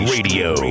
Radio